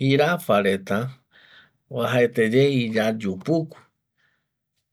Jirafa reta oajaeteye iyayu puku,